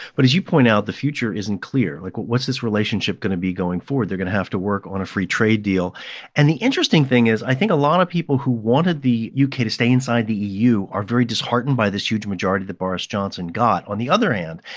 but as you point out, the future isn't clear. like, what's this relationship going to be going forward? they're going to have to work on a free trade deal and the interesting thing is i think a lot of people who wanted the u k. to stay inside the eu are very disheartened by this huge majority that boris johnson got. on the other hand,